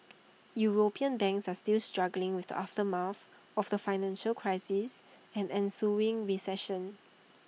european banks are still struggling with the aftermath of the financial crisis and ensuing recession